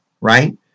right